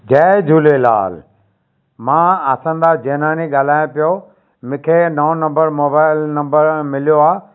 जय झूलेलाल मां आसनदास जेनानी ॻाल्हायां पियो मूंखे नओ नम्बर मोबाइल नम्बर मिलियो आहे